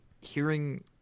hearing